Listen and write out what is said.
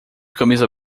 camisa